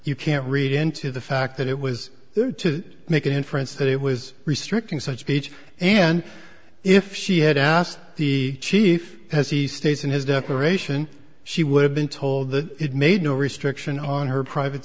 you can't read into the fact that it was there to make an inference that it was restricting such speech and if she had asked the chief has he states in his declaration she would have been told that it made no restriction on her private